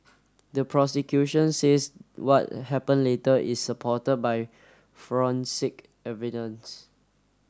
the prosecution says what happen later is supported by forensic evidence